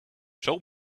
show